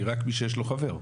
היא רק מי שיש לו חבר,